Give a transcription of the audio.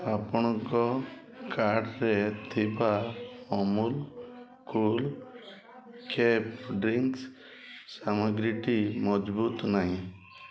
ଆପଣଙ୍କ କାର୍ଟ୍ରେ ଥିବା ଅମୁଲ୍ କୂଲ୍ କେଫ୍ ଡ୍ରିଂକ୍ସ ସାମଗ୍ରୀଟି ମଜବୁତ୍ ନାହିଁ